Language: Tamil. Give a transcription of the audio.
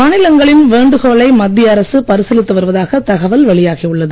மாநிலங்களின் வேண்டுகோளை மத்திய அரசு பரிசீலித்து வருவதாக தகவல் வெளியாகி உள்ளது